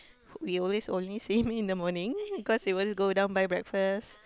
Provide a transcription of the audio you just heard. we always only see him in the morning because he always go down buy breakfast